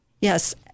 Yes